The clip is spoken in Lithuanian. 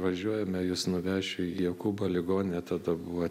važiuojame jus nuvešiu į jokūbo ligoninę tada buvo